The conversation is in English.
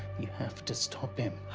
you have to stop him.